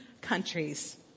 countries